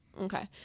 Okay